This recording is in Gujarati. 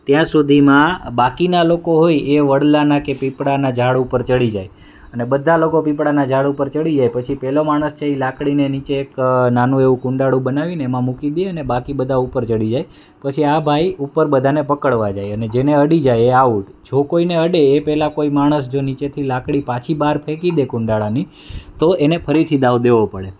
ત્યાં સુધીમાં બાકીના લોકો હોય એ વડલાના કે પીપળાના ઝાડ ઉપર ચડી જાય અને બધા લોકો પીપળાના ઝાડ ઉપર ચડી જાય પછી પેલો માણસ છે એ લાકડીને નીચે એક નાનું એવું કુંડાળું બનાવીને એમાં મૂકી દયે અને બાકી બધા ઉપર ચડી જાય પછી આ ભાઈ ઉપર બધાને પકડવા જાયને જેને અડી જાય એને આઉટ જો કોઈને અડે ને એ પેલા કોઈ માણસ નીચેથી પાછી લાકડી બહાર ફેંકી દે કુંડાળાની તો એને ફરીથી દાવ દેવો પડે